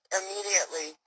immediately